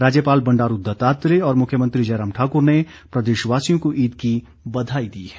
राज्यपाल बंडारू दत्तात्रेय और मुख्यमंत्री जयराम ठाकुर ने प्रदेशवासियों को ईद की बधाई दी है